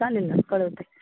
चालेल ना कळवते